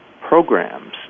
programs